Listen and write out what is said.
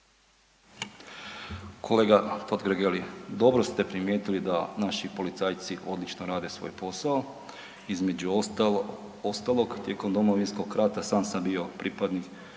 Kolega Totgergeli, dobro ste primijetili da naši policajci odlično rade svoj posao, između ostalog tijekom Domovinskog rata sam sam bio pripadnik